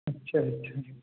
اچھا اچھا